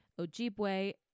Ojibwe